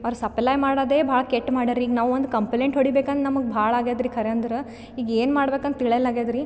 ಅವ್ರು ಸಪ್ಲೈ ಮಾಡೊದೆ ಭಾಳ ಕೆಟ್ಟ ಮಾಡ್ಯಾರಿ ಈಗ ನಾವು ಒಂದು ಕಂಪ್ಲೇಂಟ್ ಹೊಡಿಬೇಕು ಅನ್ ನಮಗೆ ಭಾಳ ಆಗ್ಯಾದ್ರಿ ಖರೆ ಅಂದ್ರೆ ಈಗ ಏನು ಮಾಡ್ಬೇಕಂತ ತಿಳೆಲ್ಲಾಗದ್ರಿ